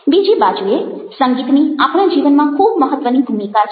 બીજી બાજુએ સંગીતની આપણા જીવનમાં ખૂબ મહત્વની ભૂમિકા છે